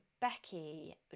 Becky